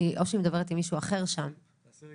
שדולת השדולה